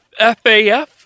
FAF